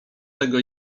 tego